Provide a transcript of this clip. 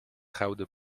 gouden